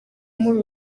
muri